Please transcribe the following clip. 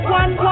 one